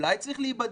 אולי צריך להיבדק,